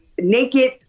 naked